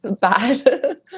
bad